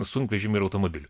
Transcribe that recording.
sunkvežimių ir automobilių